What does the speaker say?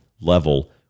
level